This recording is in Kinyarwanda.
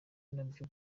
nabyo